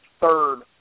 third